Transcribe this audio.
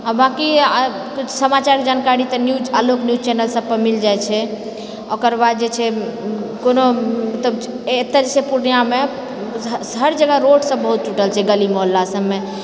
आ बाँकी कुछ समाचारके जानकारी तऽ न्यूज़ आलोक न्यूज़ चैनल सब पर मिल जाइत छै ओकर बाद जे छै कोनो एतऽ जे छै पूर्णियामे हर जगह रोड सब बहुत टूटल छै गली मोहल्ला सबमे